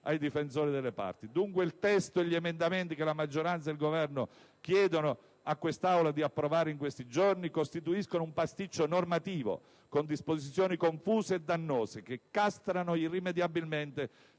ai difensori delle parti? Dunque, il testo e gli emendamenti che la maggioranza e il Governo chiedono a quest'Aula di approvare in questi giorni costituiscono un pasticcio normativo, con disposizioni confuse e dannose, che castrano irrimediabilmente